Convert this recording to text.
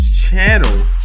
channel